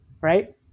right